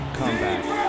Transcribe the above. comeback